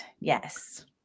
Yes